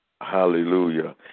Hallelujah